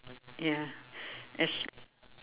ya as